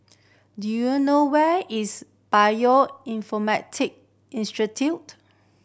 do you know where is Bioinformatic Institute